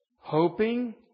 hoping